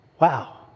Wow